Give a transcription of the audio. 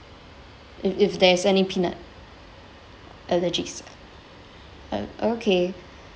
if if there's any peanut allergies um okay